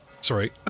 sorry